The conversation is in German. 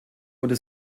wurde